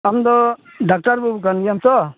ᱟᱢᱫᱚ ᱰᱟᱠᱴᱟᱨ ᱵᱟᱹᱵᱩ ᱠᱟᱱ ᱜᱮᱭᱟᱢ ᱛᱚ